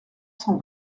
cent